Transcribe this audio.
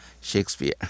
Shakespeare